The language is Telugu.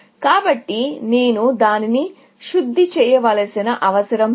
కాబట్టి నేను దానిని శుద్ధి చేయవలసిన అవసరం లేదు